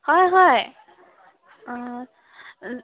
হয় হয় অঁ